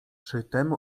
przytem